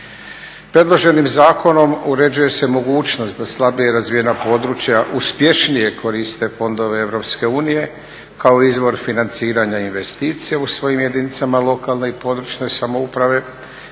Predloženim zakonom uređuje se mogućnost da slabije razvijena područja uspješnije koriste fondove Europske unije kao izvor financiranja investicija u svojim jedinicama lokalne i područne samouprave,